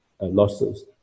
losses